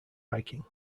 hiking